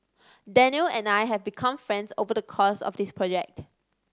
Danial and I have become friends over the course of this project